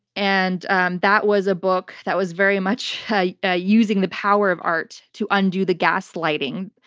and and that was a book that was very much ah using the power of art to undo the gaslighting,